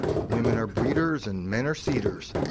women are breeders and men are seeders,